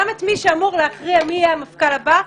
גם את מי שאמור להכריע מי יהיה המפכ"ל הבא.